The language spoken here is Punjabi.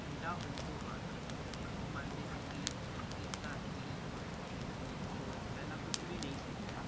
ਠੰਡਾ ਹੋਣ ਤੋਂ ਬਾਅਦ ਬਣੀ ਉਹ ਮੰਨਦੇ ਹਨ ਕਿ ਕਿ ਧਰਤੀ ਔਰ ਸੂਰਜ ਪਹਿਲਾਂ ਕੁਛ ਵੀ ਨਹੀਂ ਸੀ ਹੁੰਦਾ